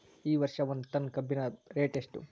ಈ ವರ್ಷ ಒಂದ್ ಟನ್ ಕಬ್ಬಿನ ರೇಟ್ ಎಷ್ಟು?